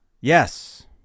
Yes